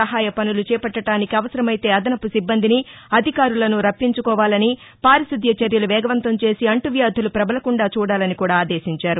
సహాయవనులు చేపట్లటానికి అవసరమైతే అదనపు సిబ్బందిని అధికారులను రప్పించుకోవాలని పారిశుద్ద చర్యలు వేగవంతం చేసి అంటువ్యాధులు ప్రబలకుండా చూడాలని కూడా ఆదేశించారు